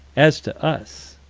as to us